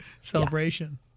celebration